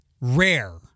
rare